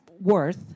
worth